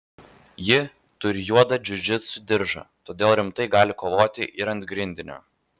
ji turi juodą džiudžitsu diržą todėl rimtai gali kovoti ir ant grindinio